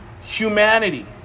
humanity